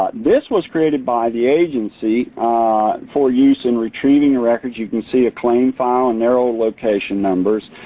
this was created by the agency for use in retrieving records. you can see a claim file. no location numbers.